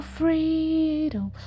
freedom